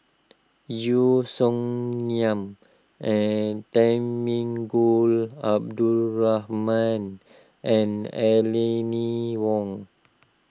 Yeo Song Nian and Temenggong Abdul Rahman and Aline Wong